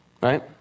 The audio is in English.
Right